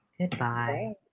Goodbye